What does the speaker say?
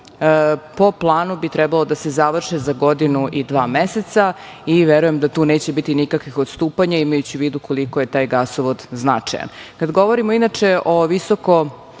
Po planu bi trebalo da se završe za godinu i dva meseca i veruje da tu neće biti nikakvih odstupanja, imajući u vidu koliko je taj gasovod značajan. Kada